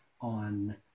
on